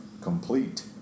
complete